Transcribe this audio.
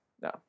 No